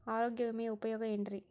ಆರೋಗ್ಯ ವಿಮೆಯ ಉಪಯೋಗ ಏನ್ರೀ?